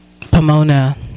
Pomona